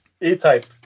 E-Type